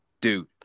dude